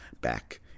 back